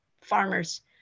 farmers